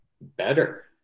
better